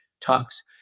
talks